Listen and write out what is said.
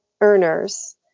earners